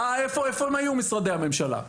איפה משרדי הממשלה היו?